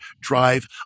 drive